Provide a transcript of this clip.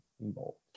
involved